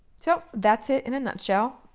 so that's it in a nutshell.